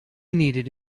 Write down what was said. needed